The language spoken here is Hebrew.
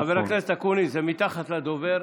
חבר הכנסת אקוניס, זה מתחת לדובר.